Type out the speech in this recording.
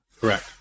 Correct